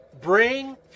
Bring